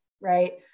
right